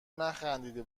نخندیده